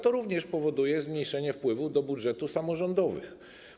To również powoduje zmniejszenie wpływów do budżetów samorządowych.